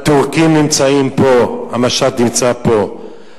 הטורקים נמצאים פה, המשט נמצא פה.